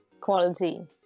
quality